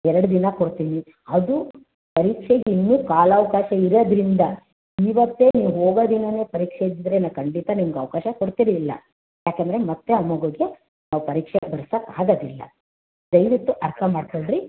ಎರಡು ದಿನ ಕೊಡ್ತೀನಿ ಅದೂ ಪರೀಕ್ಷೆಗೆ ಇನ್ನೂ ಕಾಲಾವಕಾಶ ಇರೋದ್ರಿಂದ ಇವತ್ತೇ ನೀವು ಹೋಗೋ ದಿನವೇ ಪರೀಕ್ಷೆ ಇದ್ದಿದ್ದರೆ ಖಂಡಿತ ನಿಮ್ಗೆ ಅವಕಾಶ ಕೊಡ್ತಿರಲಿಲ್ಲ ಯಾಕಂದ್ರೆ ಮತ್ತು ಆ ಮಗೂಗೆ ನಾವು ಪರೀಕ್ಷೆ ಬರ್ಸೋಕ್ ಆಗೋದಿಲ್ಲ ದಯವಿಟ್ಟು ಅರ್ಥ ಮಾಡ್ಕೋಳ್ರೀ